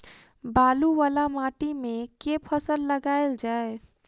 बालू वला माटि मे केँ फसल लगाएल जाए?